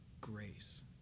grace